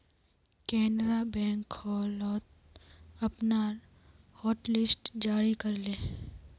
Canara bank हाल त अपनार हॉटलिस्ट जारी कर ले